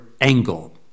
angle